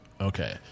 Okay